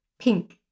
pink